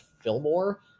Fillmore